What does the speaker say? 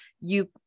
you-